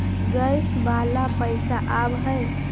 Gas वाला पैसा आव है?